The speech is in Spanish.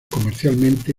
comercialmente